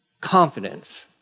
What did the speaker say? Confidence